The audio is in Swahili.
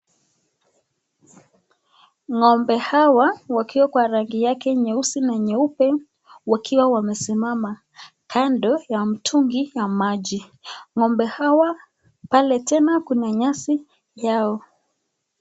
Ngombe hawa wakiwa kwa rangi yake nyeusi na nyeupe wakiwa wamesimama kando ya mtungi ya maji, ngombe hawa pale tena kuna nyasi yao